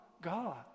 God